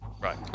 Right